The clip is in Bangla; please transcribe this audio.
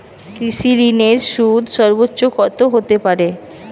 কৃষিঋণের সুদ সর্বোচ্চ কত হতে পারে?